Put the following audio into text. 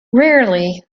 rarely